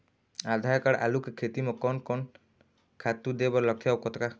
आधा एकड़ आलू के खेती म कोन कोन खातू दे बर लगथे अऊ कतका?